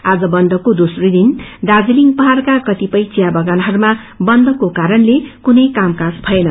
आज बन्दको दोम्रो दिन दार्जीलिङ पहाड़का कतिपय चिया बगानहरूमा बन्दको कारणले कुनै कामकाज भएन